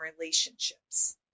relationships